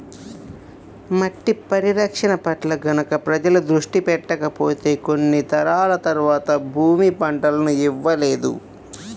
మట్టి పరిరక్షణ పట్ల గనక ప్రజలు దృష్టి పెట్టకపోతే కొన్ని తరాల తర్వాత భూమి పంటలను ఇవ్వలేదు